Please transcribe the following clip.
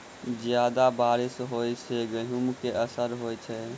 जियादा बारिश होइ सऽ गेंहूँ केँ असर होइ छै?